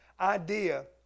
idea